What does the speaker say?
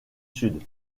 sud